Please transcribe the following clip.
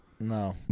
No